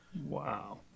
wow